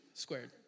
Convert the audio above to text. Squared